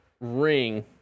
ring